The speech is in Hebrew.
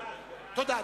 תודה.